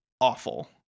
awful